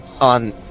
on